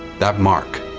that mark,